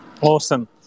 Awesome